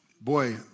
Boy